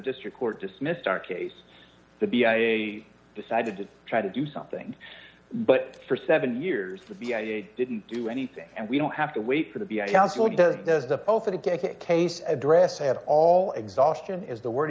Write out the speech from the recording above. district court dismissed our case to be decided to try to do something but for seven years to be i didn't do anything and we don't have to wait for the beyond the opening case address have all exhaustion is the word